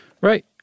Right